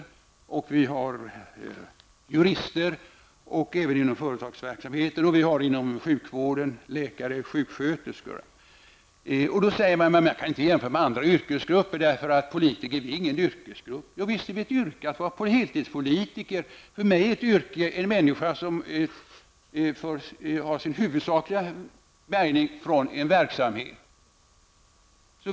Etiska regler förekommer även inom företagsvärlden liksom inom sjukvården för läkare och sjuksköterskor. Men så skriver utskottet att det inte är något yrke att vara politiker. Men visst är det väl ett yrke att vara heltidspolitiker. För mig är den verksamhet från vilken en människa har sin huvudsakliga bärgning ett yrke.